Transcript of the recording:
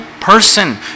person